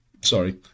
Sorry